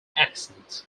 accent